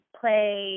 play